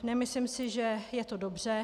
Nemyslím si, že je to dobře.